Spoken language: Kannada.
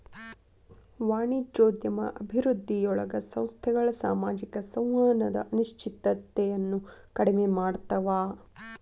ವಾಣಿಜ್ಯೋದ್ಯಮ ಅಭಿವೃದ್ಧಿಯೊಳಗ ಸಂಸ್ಥೆಗಳ ಸಾಮಾಜಿಕ ಸಂವಹನದ ಅನಿಶ್ಚಿತತೆಯನ್ನ ಕಡಿಮೆ ಮಾಡ್ತವಾ